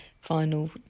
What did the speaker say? final